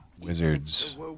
wizards